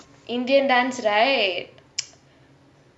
indian dance right